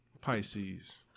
Pisces